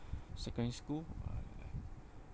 secondary school